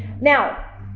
Now